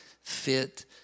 fit